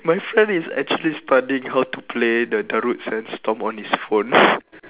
my friend is actually studying how to play the darude sandstorm on his phone